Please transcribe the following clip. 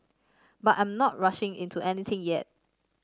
but I'm not rushing into anything yet